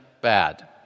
bad